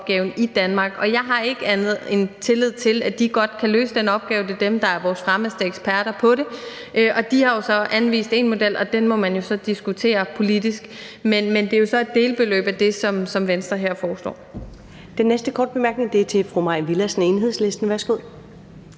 i Danmark. Og jeg har ikke andet end tillid til, at de godt kan løse den opgave. Det er dem, der er vores fremmeste eksperter på området, og de har jo så anvist en model, og den må man jo så diskutere politisk. Men det er jo så et delbeløb af det, som Venstre her foreslår.